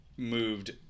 Moved